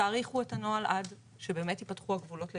תאריכו את הנוהל עד שבאמת יפתחו הגבולות לגמרי.